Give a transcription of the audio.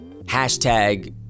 hashtag